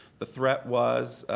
the threat was,